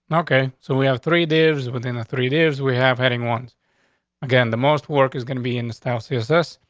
and okay, so we have three days. within the three years we have heading ones again, the most work is gonna be in style. css.